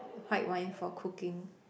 white wine for cooking